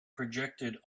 projected